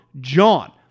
JOHN